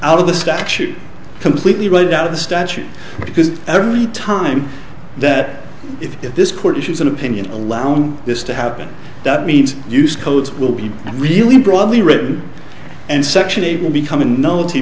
out of the statute completely read out of the statute because every time that if this court issues an opinion allowing this to happen that means use codes will be really broadly written and section eight will become a no